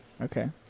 Okay